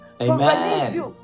Amen